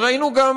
אבל ראינו גם,